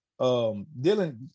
Dylan